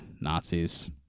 Nazis